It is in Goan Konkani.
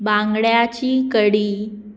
बांगड्याची कडी